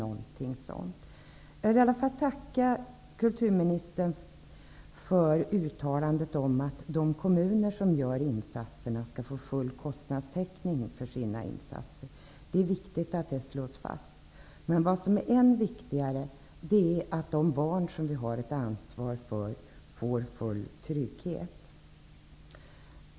Jag vill i alla fall tacka kulturministern för uttalandet om att de kommuner som gör insatserna skall få full kostnadstäckning för detta. Det är viktigt att det slås fast. Men än viktigare är att de barn som vi har ett ansvar för får full trygghet.